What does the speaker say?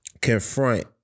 confront